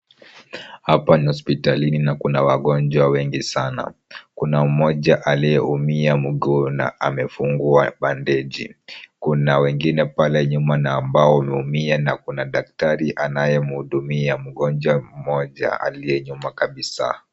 Hapa ni hospitalini na kuna wagonjwa wengi sana. Kuna mmoja aliyeumia mguu na amefungwa bandeji. Kuna wengine pale nyuma na ambao wameumia na kuna daktari anaye mhudumia mgonjwa mmoja aliye nyuma kabisa.